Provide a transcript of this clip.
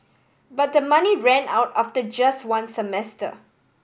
but the money ran out after just one semester